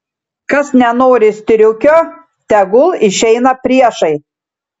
kas nenori striukio tegul išeina priešai